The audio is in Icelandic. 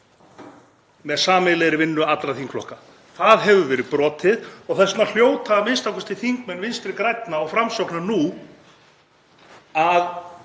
með sameiginlegri vinnu allra þingflokka. Það hefur verið brotið og þess vegna hljóta a.m.k. þingmenn Vinstri grænna og Framsóknar nú að